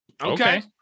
okay